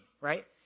right